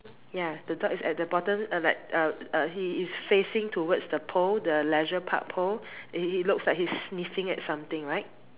ya the dog is at the bottom uh like uh uh he is facing towards the pole the Leisure Park pole he he looks like he's sniffing at something right